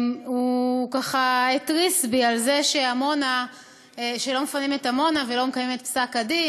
הוא התריס כלפי על זה שלא מפנים את עמונה ולא מקיימים את פסק-הדין.